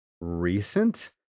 recent